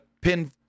pin